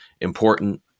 important